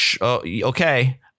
Okay